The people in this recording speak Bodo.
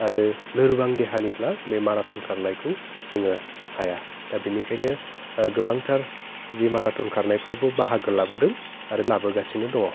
आरो लोरबां देहानिब्ला बे माराथन खारनायखौ जोङो हाया दा बेनिखायनो गोबांथार जि माराथन खारनायफ्रावबो बाहागो लाबोदों आरो लाबोगासिनो दङ